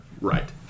Right